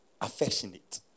Affectionate